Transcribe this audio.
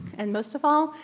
and most of all,